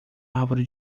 árvore